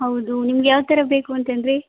ಹೌದು ನಿಮ್ಗೆ ಯಾವ ಥರ ಬೇಕು ಅಂತಂದಿರಿ